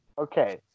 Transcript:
Okay